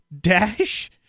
Dash